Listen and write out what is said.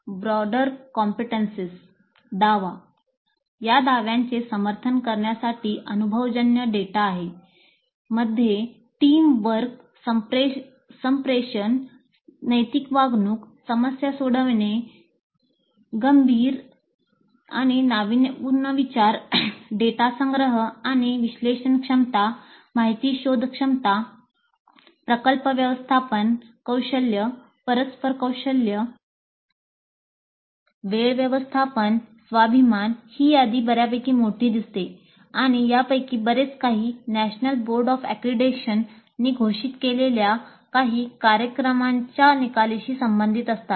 broader competencies घोषित केलेल्या काही कार्यक्रमांच्या निकालांशी संबंधित असतात